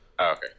Okay